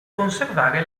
conservare